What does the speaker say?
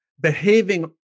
behaving